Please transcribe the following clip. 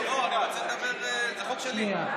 לא, אבל החוק שלי.